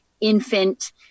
infant